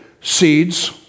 Seeds